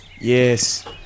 Yes